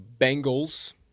Bengals